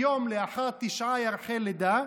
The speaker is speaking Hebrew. היום, לאחר תשעה ירחי לידה,